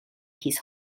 his